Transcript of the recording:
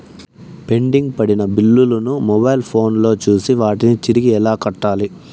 pending పడిన బిల్లులు ను మొబైల్ ఫోను లో చూసి వాటిని తిరిగి ఎలా కట్టాలి